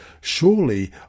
Surely